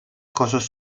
coses